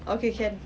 okay can